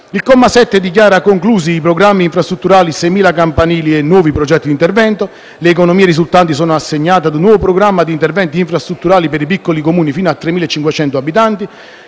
Il comma 7 dichiara conclusi i programmi infrastrutturali «6000 campanili» e «Nuovi progetti di intervento». Le economie risultanti sono assegnate a un nuovo programma di interventi infrastrutturali per i piccoli Comuni fino a 3.500 abitanti.